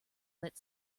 that